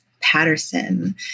Patterson